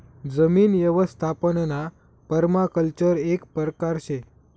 जमीन यवस्थापनना पर्माकल्चर एक परकार शे